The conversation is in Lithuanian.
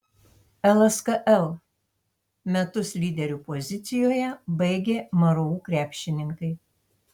lskl metus lyderių pozicijoje baigė mru krepšininkai